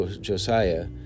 Josiah